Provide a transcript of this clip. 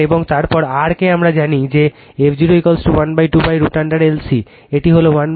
এবং তারপর R কে আমরা জানি যে f 0 12π √L C এটি হল 12π 40 মিলি হেনরি